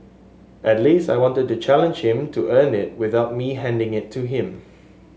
at least I wanted to challenge him to earn it without me handing it to him